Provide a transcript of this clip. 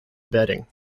bedding